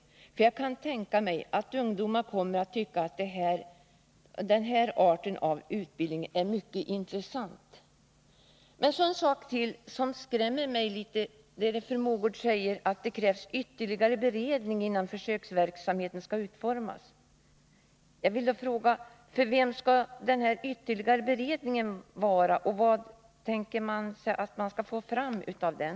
För jag kan tänka mig att ungdomar kommer att tycka att denna art av utbildning är mycket intressant. Det skrämmer mig när fru Mogård i svaret säger att det krävs ”ytterligare beredning” innan försöksverksamheten kan utformas. För vem skall denna ytterligare beredning vara? Och vad tänker man få fram av den?